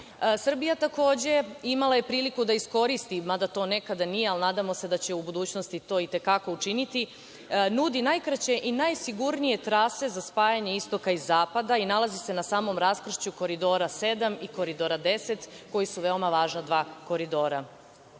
je imala priliku da iskoristi, mada to nekada nije ali se nadamo da će u budućnosti to i te kako učiniti, nudi najkraće i najsigurnije trase za spajanje istoka i zapada i nalazi se na samom raskršću Koridora 7 i Koridora 10, koji su veoma važna dva koridora.